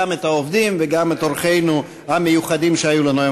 את העובדים וגם את האורחים המיוחדים שהיו לנו היום.